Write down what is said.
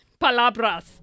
Palabras